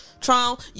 trial